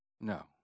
No